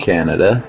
Canada